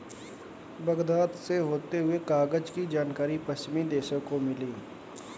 Baghdad से होते हुए कागज की जानकारी पश्चिमी देशों को मिली